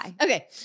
Okay